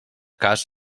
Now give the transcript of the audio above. cas